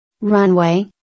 Runway